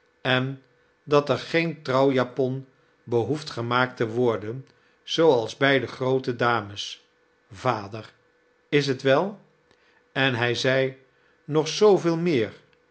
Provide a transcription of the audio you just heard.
en dat er geen trouwjapon behoeft gemaakt te worden zooals bij de groote dames vader is t wel en hij zei nog zooveel meer